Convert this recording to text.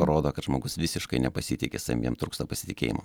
parodo kad žmogus visiškai nepasitiki savim jam trūksta pasitikėjimo